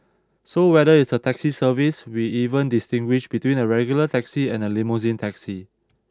so whether it's a taxi service we even distinguish between a regular taxi and a limousine taxi